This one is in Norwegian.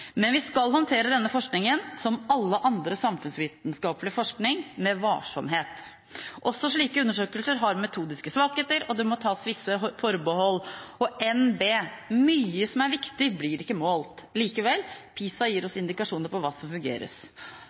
Men vi skal håndtere denne forskningen som vi håndterer all annen samfunnsvitenskapelig forskning, med varsomhet. Også slike undersøkelser har metodiske svakheter, og det må tas visse forbehold. Og NB, mye som er viktig, blir ikke målt. Likevel, PISA gir oss indikasjoner på hva som